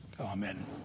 amen